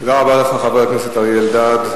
תודה רבה לך, חבר הכנסת אריה אלדד.